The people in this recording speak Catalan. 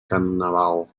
carnaval